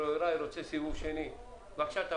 בבקשה.